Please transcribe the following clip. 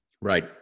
Right